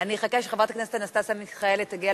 אני אחכה שחברת הכנסת אנסטסיה מיכאלי תגיע